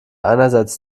einerseits